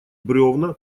бревна